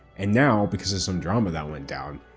and now, because there's some drama that went down,